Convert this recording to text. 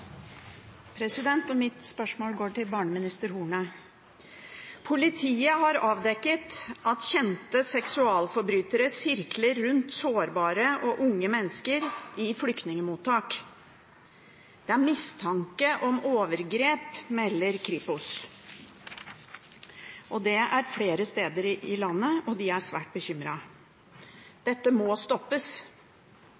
Mitt spørsmål går til barneminister Horne. Politiet har avdekket at kjente seksualforbrytere sirkler rundt sårbare og unge mennesker i flyktningmottak. Det er mistanke om overgrep, melder Kripos. Dette gjelder flere steder i landet, og man er svært bekymret. Dette må stoppes.